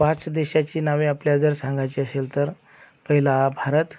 पाच देशाची नावे आपल्याला जर सांगायची असेल तर पहिला भारत